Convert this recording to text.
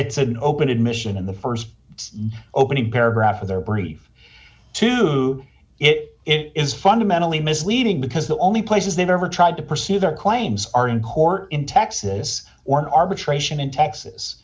it's an open admission in the st opening paragraph of their brief to it it is fundamentally misleading because the only places they've ever tried to pursue their claims are in court in texas or arbitration in texas